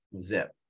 zip